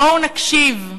בואו נקשיב,